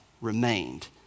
remained